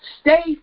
stay